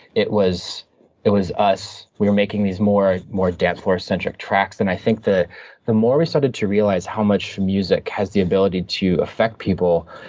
it was it was us, we were making these more more dance force centric tracks, and i think the the more we started to realize how much music has the ability to affect people,